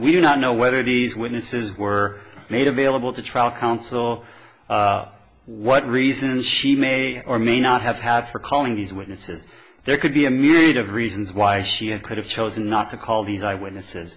do not know whether these witnesses were made available to trial counsel what reasons she may or may not have had for calling these witnesses there could be a myriad of reasons why she had could have chosen not to call the